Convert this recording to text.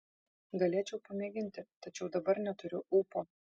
galėčiau pamėginti tačiau dabar neturiu ūpo